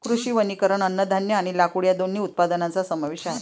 कृषी वनीकरण अन्नधान्य आणि लाकूड या दोन्ही उत्पादनांचा समावेश आहे